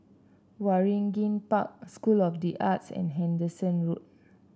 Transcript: Waringin Park School of the Arts and Hendon Road